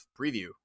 preview